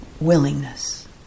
willingness